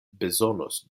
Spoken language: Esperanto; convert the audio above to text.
bezonos